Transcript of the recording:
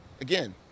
Again